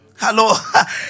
Hello